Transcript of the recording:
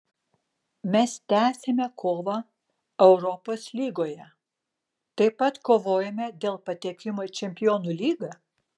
mes tęsiame kovą europos lygoje taip pat kovojame dėl patekimo į čempionų lygą